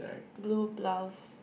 blue blouse